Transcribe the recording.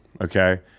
okay